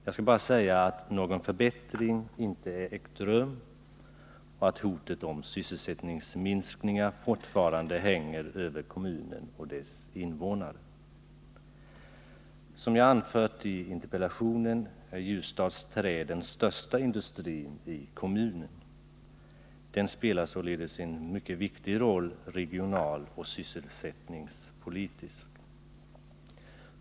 Jag skall bara säga att någon förbättring inte ägt rum och att hotet om sysselsättningsminskningar fortfarande hänger över kommunen och dess invånare. Som jag anfört i interpellationen är Ljusdals Trä den största industrin i kommunen. Företaget spelar således en mycket viktig roll regionaloch sysselsättningspolitiskt sett.